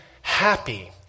happy